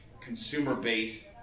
consumer-based